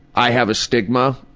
i have a stigma,